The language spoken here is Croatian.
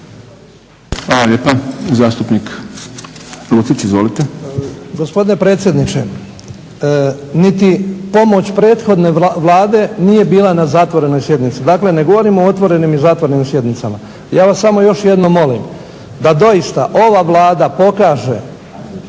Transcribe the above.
Hvala lijepa. Zastupnik